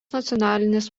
nacionalinis